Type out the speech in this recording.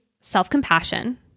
self-compassion